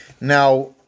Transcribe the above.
Now